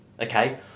okay